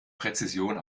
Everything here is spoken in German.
präzision